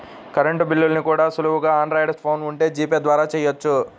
current బిల్లుల్ని కూడా సులువుగా ఆండ్రాయిడ్ ఫోన్ ఉంటే జీపే ద్వారా చెయ్యొచ్చు